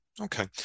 okay